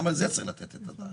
גם על זה צריך לתת את הדעת.